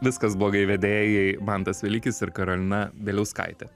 viskas blogai vedėjai mantas velykis ir karolina bieliauskaitė